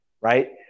Right